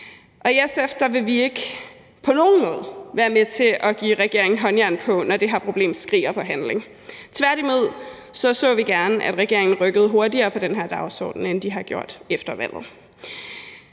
på nogen måde være med til at give regeringen håndjern på, når det her problem skriger på handling. Tværtimod så vi gerne, at regeringen rykkede hurtigere på den her dagsorden, end de har gjort efter valget.